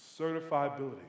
certifiability